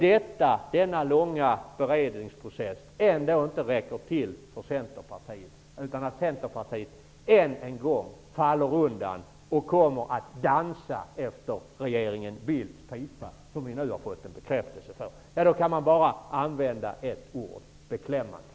Denna långa beredningsprocess räcker ändå inte till för Centerpartiet, utan man kommer än en gång att falla undan och dansa efter regeringen Bildts pipa, vilket vi nu har fått bekräftelse på. Då kan man bara använda ett ord: Beklämmande!